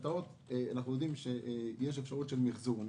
אנחנו יודעים שיש אפשרות של מחזור משכנתאות.